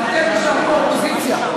אתם תישארו באופוזיציה,